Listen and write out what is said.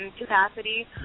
capacity